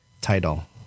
title